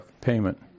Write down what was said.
payment